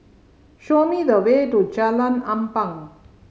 show me the way to Jalan Ampang